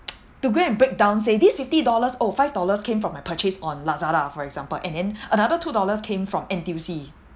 to go and breakdown say these fifty dollars oh five dollars came from my purchase on Lazada for example and then another two dollars came from N_T_U_C